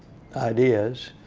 ideas.